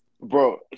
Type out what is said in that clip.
bro